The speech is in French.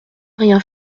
rien